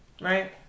Right